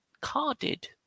carded